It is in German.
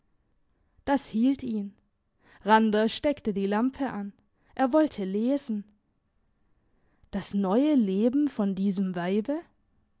das hielt ihn randers steckte die lampe an er wollte lesen das neue leben von diesem weibe